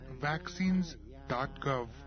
vaccines.gov